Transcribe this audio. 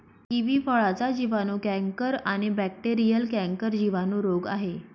kiwi फळाचा जिवाणू canker आणि बॅक्टेरीयल कैंकर जिवाणू रोग आहे